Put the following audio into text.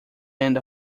end